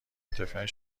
اطرافیان